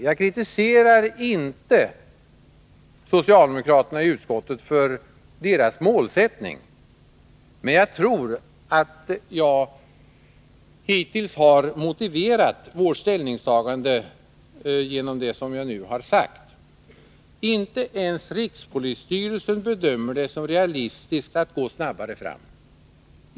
Jag kritiserar inte socialdemokraterna i utskottet för deras målsättning, men jag tror att jag hittills har motiverat vårt ställningstagande genom det som jag nu har sagt. Inte ens rikspolisstyrelsen bedömer det som realistiskt att gå snabbare fram.